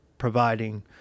providing